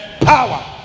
power